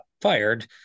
fired